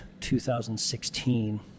2016